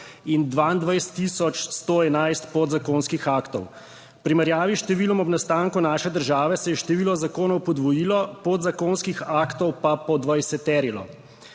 tisoč 111 podzakonskih aktov; v primerjavi s številom ob nastanku naše države se je število zakonov podvojilo, podzakonskih aktov pa podvajseterilo.